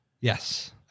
Yes